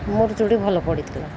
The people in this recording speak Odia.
ମୋର ଚୁଡି ଭଲ ପଡ଼ିଥିଲା